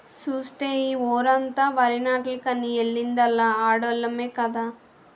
సూస్తే ఈ వోరమంతా వరినాట్లకని ఎల్లిందల్లా ఆడోల్లమే కదా